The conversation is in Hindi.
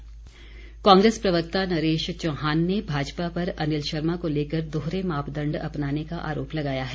नरेश चौहान कांग्रेस प्रवक्ता नरेश चौहान ने भाजपा पर अनिल शर्मा को लेकर दोहरे मापदण्ड अपनाने का आरोप लगाया है